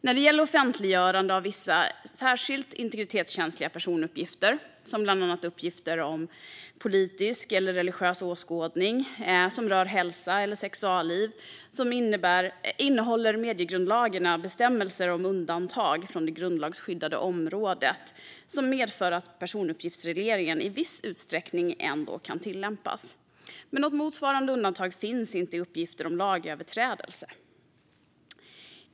När det gäller offentliggörande av vissa särskilt integritetskänsliga personuppgifter, bland annat uppgifter om politisk eller religiös åskådning samt hälsa och sexualliv, innehåller mediegrundlagarna bestämmelser om undantag från det grundlagsskyddade området som medför att personuppgiftsregleringen i viss utsträckning ändå kan tillämpas. Men något motsvarande undantag finns inte för uppgifter om lagöverträdelse.